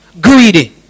Greedy